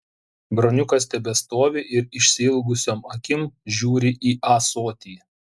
broniukas tebestovi ir išsiilgusiom akim žiūri į ąsotį